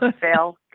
fail